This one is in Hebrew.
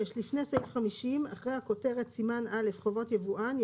6. לפני סעיף 50 אחרי הכותרת סימן א' חובות יבואן,